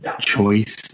choice